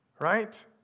Right